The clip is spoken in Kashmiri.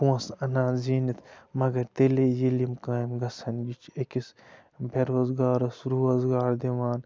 پونٛسہٕ اَنان زیٖنِتھ مَگر تیٚلی ییٚلہِ یِم کامہِ گژھَن بِچہ أکِس بے روزگارَس روزگار دِوان